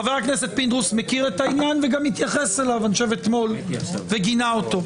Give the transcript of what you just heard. חבר הכנסת פינדרוס מכיר את העניין וגם התייחס אליו אתמול וגינה אותו.